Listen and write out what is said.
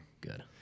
Good